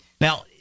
Now